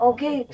Okay